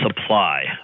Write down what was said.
supply